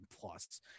plus